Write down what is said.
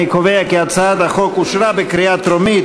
אני קובע כי הצעת החוק אושרה בקריאה טרומית